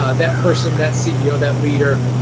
ah that person, that ceo, that leader,